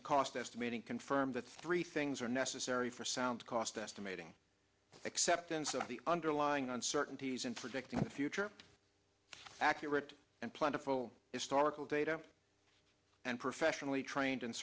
and cost estimating confirm that three things are necessary for sound cost estimating acceptance of the underlying uncertainties in predicting the future accurate and plentiful historical data and professionally trained